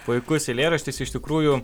puikus eilėraštis iš tikrųjų